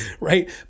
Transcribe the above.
Right